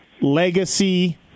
legacy